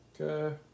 Okay